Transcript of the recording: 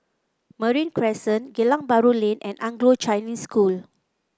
Marine Crescent Geylang Bahru Lane and Anglo Chinese School